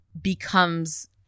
becomes